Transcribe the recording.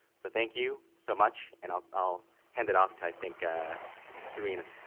so, thank you so much and i'll hand it off to i think ah shanine. and